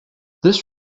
this